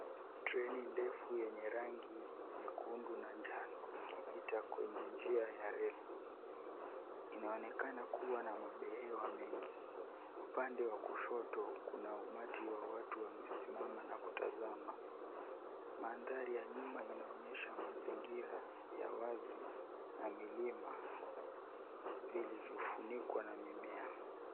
Treni ndefu yenye rangi nyekundu na njano ikipita kwenye njia ya reli inaonekana kuwa na madereva mengi upande wa kushoto , kuna umati wa watu wamesimama na kutazama. Mandhari ya nyuma inaonyesha mazingira ya wazi ya milima vilivyo funikwa na mimea.